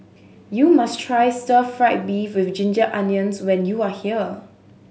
you must try stir fried beef with ginger onions when you are here